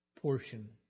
portion